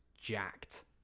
jacked